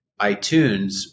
iTunes